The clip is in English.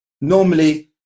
Normally